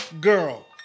girl